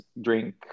drink